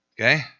Okay